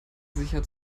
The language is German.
sicher